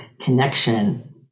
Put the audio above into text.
connection